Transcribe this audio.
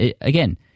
again